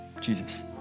Jesus